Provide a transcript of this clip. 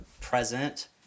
present